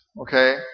okay